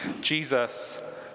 Jesus